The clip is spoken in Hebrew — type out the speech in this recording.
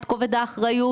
את כובד האחריות,